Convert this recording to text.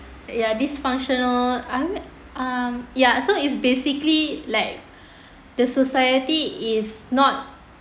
ya dysfunctional um um ya so it's basically like the society is not